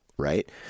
Right